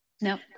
No